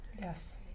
yes